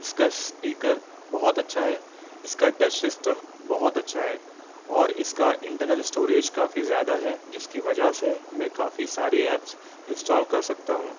اس کا اسپیکر بہت اچھا ہے اس کا ٹچ سسٹم بہت اچھا ہے اور اس کا انٹرنل اسٹوریج کافی زیادہ ہے جس کی وجہ سے میں کافی سارے ایپس انسٹال کر سکتا ہوں